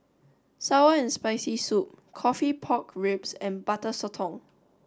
Sour and Spicy Soup Coffee Pork Ribs and Butter Sotong